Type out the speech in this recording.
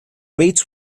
bates